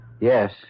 Yes